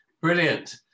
Brilliant